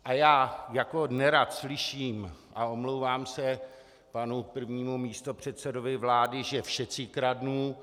A jako já nerad slyším, a omlouvám se panu prvnímu místopředsedovi vlády, že všetci kradnú.